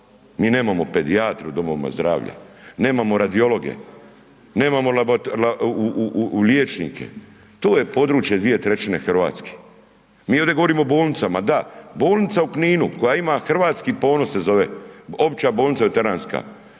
Mi nemamo pedijatre u domovima zdravlja, nemamo radiologe, nemamo liječnike, to je područje 2/3 Hrvatske. Mi ovdje govorimo o bolnicama, da, bolnica u Kninu, koja ima hrvatski ponos, se zove, opća bolnica veteranska,